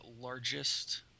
largest